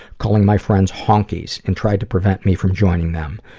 calling my friends honkies, and tried to prevent me from joining them.